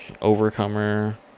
Overcomer